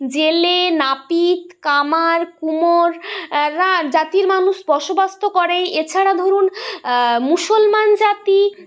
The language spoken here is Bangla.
জেলে নাপিত কামার কুমোর রা জাতির মানুষ বসবাস তো করেই এছাড়া ধরুন মুসলমান জাতি